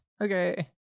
okay